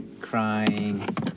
Crying